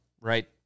Right